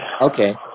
Okay